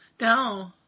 No